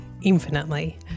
infinitely